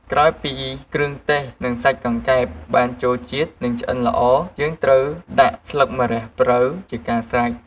ក្រោយពីគ្រឿងទេស និងសាច់កង្កែបបានចូលជាតិ និងឆ្អិនល្អ យើងត្រូវដាក់ ស្លឹកម្រះព្រៅជាការស្រេច។